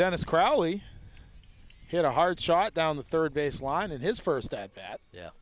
dennis crowley hit a hard shot down the third baseline in his first at bat yeah